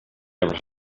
never